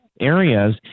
areas